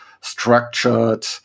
structured